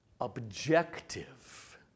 objective